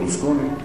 ברלוסקוני,